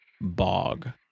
bog